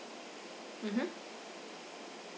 mmhmm